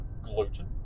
Gluten